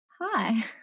hi